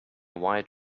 white